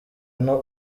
ino